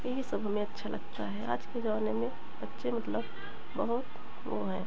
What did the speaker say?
यही सब हमें अच्छा लगता है आज के ज़माने में बच्चे मतलब बहुत वो हैं